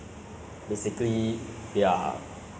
think humans will become extinct